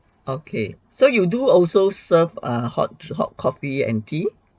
okay so you do also serve a hot hot coffee and tea